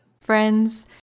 Friends